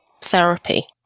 therapy